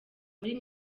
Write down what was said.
muri